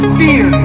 fear